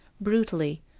brutally